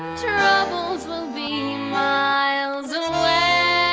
troubles will be miles away